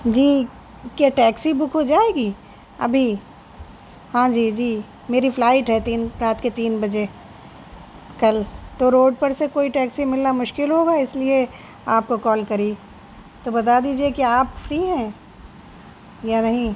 جی کیا taxi book ہو جائے گی ابھی ہاں جی جی میری فلائٹ ہے تین رات کے تین بجے کل تو روڈ پر سے کوئی ٹیکسی ملنا مشکل ہوگا اس لیے آپ کو کال کری تو بتا دیجیے کہ آپ فری ہیں یا نہیں